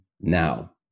now